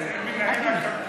אני מתייעץ עם מנהל הקמפיין.